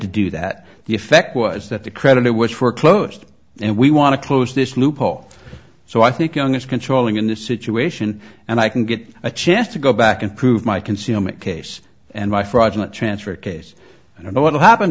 to do that the effect was that the credit which were closed and we want to close this loophole so i think young is controlling in this situation and i can get a chance to go back and prove my concealment case and my fraudulent transfer case i don't know what'll happen